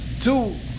two